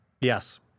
Yes